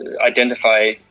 identify